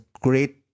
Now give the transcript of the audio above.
great